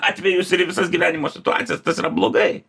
atvejus ir į visas gyvenimo situacijas tas yra blogai